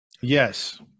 Yes